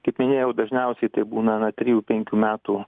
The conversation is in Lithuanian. kaip minėjau dažniausiai tai būna na trijų penkių metų